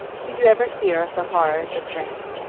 did you ever hear of the horrors of drink?